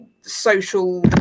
social